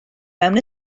mewn